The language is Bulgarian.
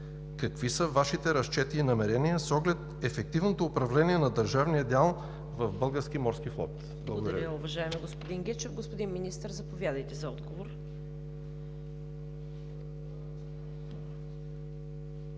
какви са Вашите разчети и намерения с оглед ефективното управление на държавния дял в Български морски флот? Благодаря